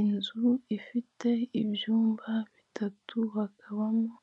Inzu ifite ibyumba bitatu hakabamo